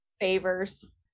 Favors